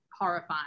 horrifying